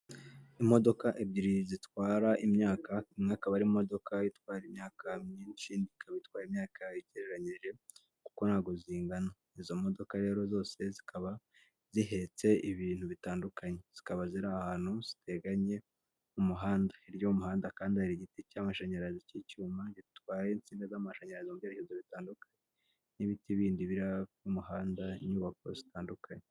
Imodoka ebyiri zitwara imyaka imwe ikaba ari imodokadoka itwara imyaka myinshi ikaba itwara imyaka igereranyije kuko ntabwo zingana. izo modoka rero zose zikaba zihetse ibintu bitandukanye zikaba ziri ahantu ziteganye mu muhanda hirya y'umuhanda kandi hari igiti cy'amashanyarazi cy'icyuma gitwaye insinga z'amashanyarazi mu byerekezo bitandukanye n'ibiti biri hafi y'umuhanda n'inyubako zitandukanye